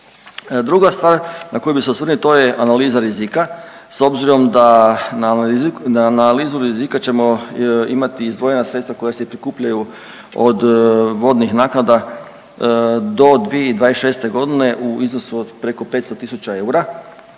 Druga stvar na koju bi se osvrnuo to je analiza rizika. S obzirom da analizu rizika ćemo imati izdvojena sredstva koja se prikupljaju od vodnih naknada do 2026.g. u iznosu od preko 500.000 eura.